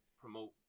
promote